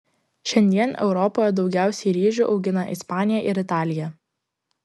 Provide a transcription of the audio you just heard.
šiandien europoje daugiausiai ryžių augina ispanija ir italija